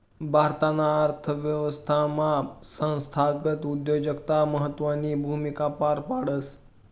भारताना अर्थव्यवस्थामा संस्थागत उद्योजकता महत्वनी भूमिका पार पाडस